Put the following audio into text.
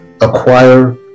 acquire